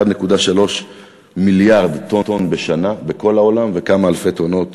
1.3 מיליארד טונות בשנה בכל העולם וכמה אלפי טונות